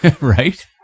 Right